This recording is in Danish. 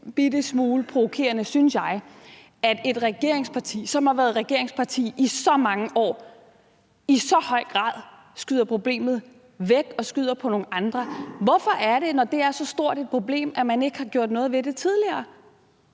smule provokerende, at et regeringsparti, som har været regeringsparti i så mange år, i så høj grad skyder problemet væk og skyder på nogle andre. Hvorfor er det, når det er så stort et problem, at man ikke har gjort noget ved det tidligere?